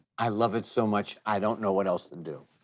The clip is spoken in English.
i love it so much i don't know what else to do.